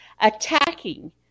attacking